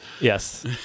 Yes